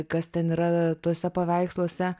kas ten yra tuose paveiksluose